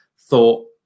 thought